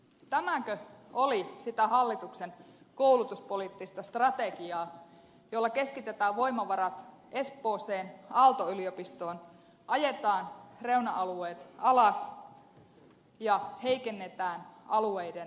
tämäkö oli sitä hallituksen koulutuspoliittista strategiaa jolla keskitetään voimavarat espooseen aalto yliopistoon ajetaan reuna alueet alas ja heikennetään alueiden kehittymistä